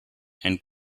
and